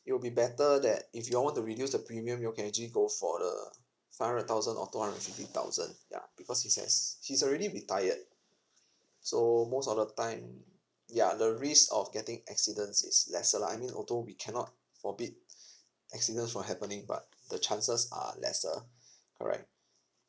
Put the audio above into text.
it'll be better that if you all want to reduce the premium you all can actually go for the five hundred thousand or two hundred and fifty thousand ya because he's has he's already retired so most of the time ya the risk of getting accidents is lesser lah I mean although we cannot forbid accidents from happening but the chances are lesser correct